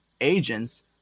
agents